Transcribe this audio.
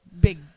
big